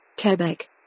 Quebec